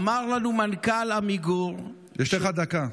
אמר לנו מנכ"ל עמיגור, יש לך דקה.